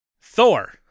Thor